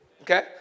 Okay